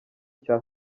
cya